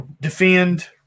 defend